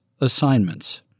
assignments